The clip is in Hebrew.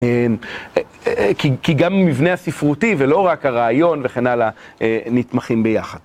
אהמ, כי, כי גם מבנה הספרותי, ולא רק הרעיון וכן הלאה, נתמכים ביחד.